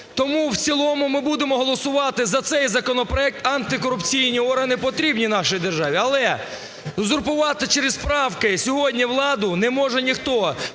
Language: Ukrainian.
тому в цілому ми будемо голосувати за цей законопроект, антикорупційні органи потрібні нашій державі. Але узурпувати через правки сьогодні владу не може ніхто.